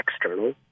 external